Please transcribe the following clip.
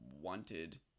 Wanted